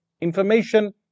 Information